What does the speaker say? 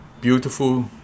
beautiful